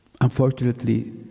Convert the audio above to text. unfortunately